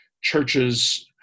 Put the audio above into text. churches